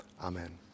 Amen